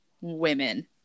women